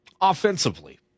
Offensively